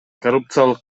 коррупциялык